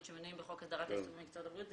שמנויים בחוק הסדרת העיסוק במקצועות הבריאות,